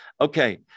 Okay